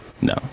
No